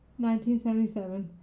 1977